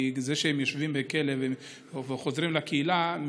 כי זה שהם יושבים בכלא וחוזרים לקהילה,